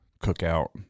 Cookout